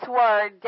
word